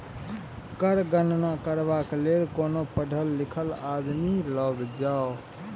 कर गणना करबाक लेल कोनो पढ़ल लिखल आदमी लग जो